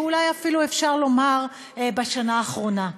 ואולי אפילו אפשר לומר בשנה האחרונה.